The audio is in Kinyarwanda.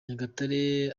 nyagatare